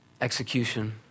execution